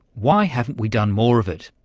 why haven't we done more of it?